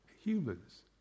Humans